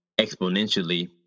exponentially